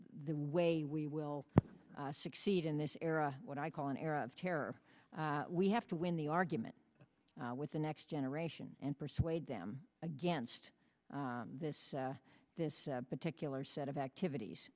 the way we will succeed in this era what i call an era of terror we have to win the argument with the next generation and persuade them against this this particular set of activities